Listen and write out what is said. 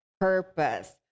Purpose